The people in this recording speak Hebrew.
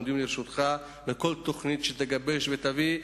אנחנו עומדים לרשותך לכל תוכנית שתגבש ותביא.